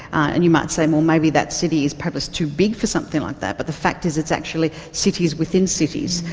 and you might say, well, maybe that city is perhaps too big for something like that, but the fact is it's actually cities within cities,